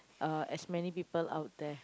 uh as many people out there